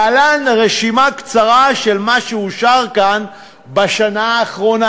להלן רשימה קצרה של מה שאושר כאן בשנה האחרונה,